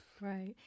right